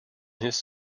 his